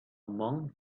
monk